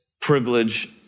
privilege